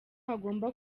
hagomba